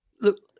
Look